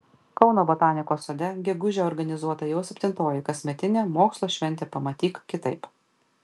kauno botanikos sode gegužę organizuota jau septintoji kasmetinė mokslo šventė pamatyk kitaip